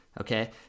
Okay